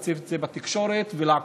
להציף את זה בתקשורת ולעקוב.